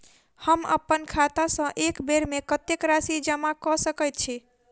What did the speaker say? हम अप्पन खाता सँ एक बेर मे कत्तेक राशि जमा कऽ सकैत छी?